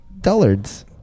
dullards